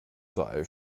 sei